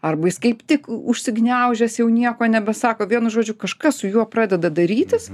arba jis kaip tik užsigniaužęs jau nieko nebesako vienu žodžiu kažkas su juo pradeda darytis